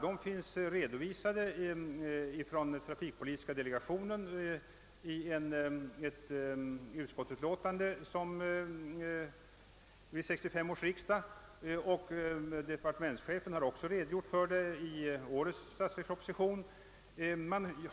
Dylika former har redovisats av trafikpolitiska delegationen i ett utskottsutlåtande som behandlades vid 1965 års riksdag. Departementschefen har också redogjort för det tillämpade schemat i årets statsverksproposition.